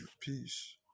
peace